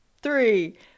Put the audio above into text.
three